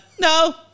No